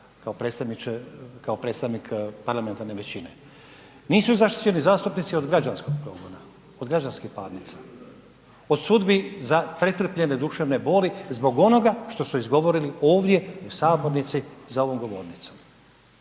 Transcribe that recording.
kao predstavnik parlamentarne većine. Nisu zaštićeni zastupnici od građanskog progona, od građanskih parnica, od sudbi za pretrpljene duševne boli zbog onoga što su izgovorili ovdje u sabornici za ovom govornicom.